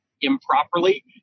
improperly